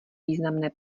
významné